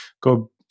go